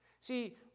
See